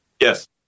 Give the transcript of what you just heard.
yes